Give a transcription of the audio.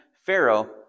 Pharaoh